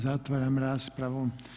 Zatvaram raspravu.